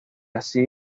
así